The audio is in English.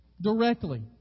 Directly